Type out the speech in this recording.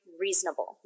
reasonable